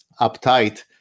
uptight